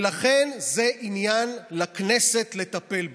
לכן זה עניין לכנסת לטפל בו.